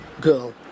girl